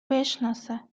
بشناسه